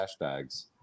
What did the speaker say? hashtags